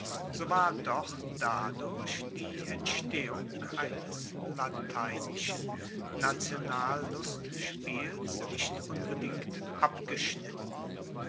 so war doch dadurch die entstehung eines lateinischen nationallustspiels nicht unbedingt abgeschnitten